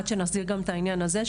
עד שנסדיר גם את העניין הזה,